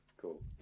Cool